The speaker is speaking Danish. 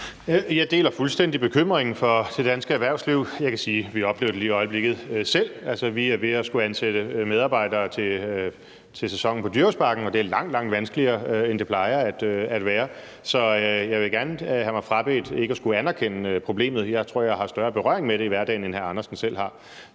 Jeg deler fuldstændig bekymringen for det danske erhvervsliv. Jeg kan sige, at vi lige i øjeblikket oplever det selv. Vi er ved at skulle ansætte medarbejdere til sæsonen på Dyrehavsbakken, og det er langt, langt vanskeligere, end det plejer at være. Så jeg vil gerne have mig frabedt ikke at skulle anerkende problemet her. Jeg tror, jeg har større berøring med det i hverdagen, end hr. Hans Andersen selv har.